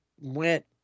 went